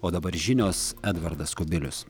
o dabar žinios edvardas kubilius